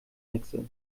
hexe